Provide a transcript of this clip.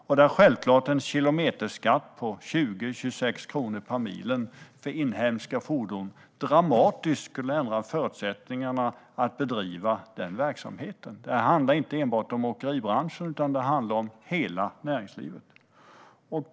Där skulle självklart en kilometerskatt på 20-26 kronor per mil för inhemska fordon dramatiskt ändra förutsättningarna för att bedriva sin verksamhet. Det handlar inte enbart om åkeribranschen utan om hela näringslivet.